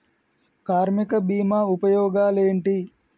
కార్మిక బీమా ఉపయోగాలేంటి?